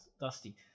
Dusty